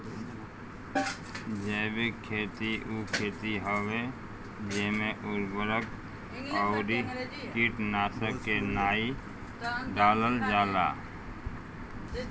जैविक खेती उ खेती हवे जेमे उर्वरक अउरी कीटनाशक के नाइ डालल जाला